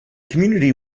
community